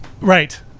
Right